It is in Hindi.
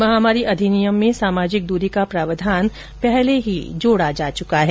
महामारी अधिनियम में सामाजिक दूरी का प्रावधान पहले ही जोड़ा जा चुका है